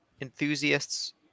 enthusiasts